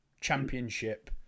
championship